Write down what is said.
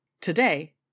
Today